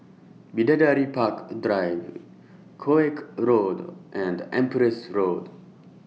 Bidadari Park Drive Koek Road and Empress Road